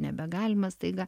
nebegalima staiga